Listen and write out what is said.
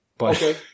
Okay